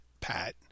pat